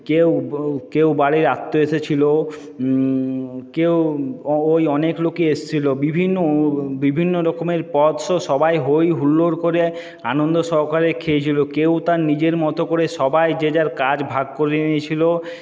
কেউ কেউ বাড়ির আত্মীয় এসেছিলো কেউ ওই অনেক লোকই এসছিলো বিভিন্ন বিভিন্ন রকমের পদ সবাই হই হুল্লোড় করে আনন্দ সহকারে খেয়েছিলো কেউ তার নিজের মতো করে সবাই যে যার কাজ ভাগ করে নিয়েছিলো